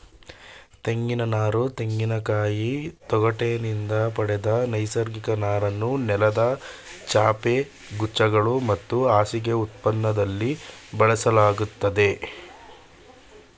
ತೆಂಗಿನನಾರು ತೆಂಗಿನಕಾಯಿ ತೊಗಟಿನಿಂದ ಪಡೆದ ನೈಸರ್ಗಿಕ ನಾರನ್ನು ನೆಲದ ಚಾಪೆ ಕುಂಚಗಳು ಮತ್ತು ಹಾಸಿಗೆ ಉತ್ಪನ್ನದಲ್ಲಿ ಬಳಸಲಾಗ್ತದೆ